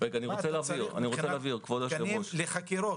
מבחינת תקנים לחקירות?